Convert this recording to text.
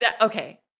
Okay